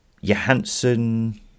Johansson